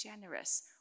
generous